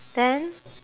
then